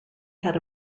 had